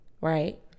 right